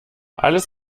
alles